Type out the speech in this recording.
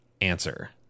answer